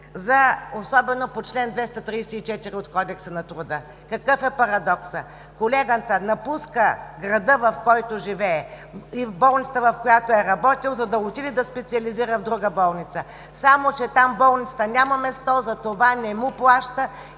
г., особено по чл. 234 от Кодекса на труда? Какъв е парадоксът? Колегата напуска града, в който живее и болницата, в която е работил, за да отиде да специализира в друга болница. Само че в болницата няма място, затова не му плаща